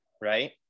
right